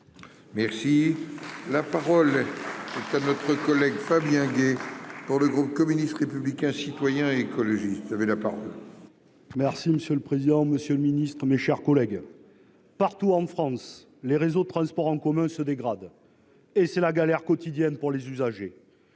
Merci, la parole, c'est ça notre collègue Fabien Gay. Pour le groupe communiste, républicain, citoyen et écologiste, qui avait la parole. Merci monsieur le président, Monsieur le Ministre, mes chers collègues, partout en France, les réseaux de transports en commun se dégrade et c'est la galère quotidienne pour les usagers